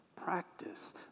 practice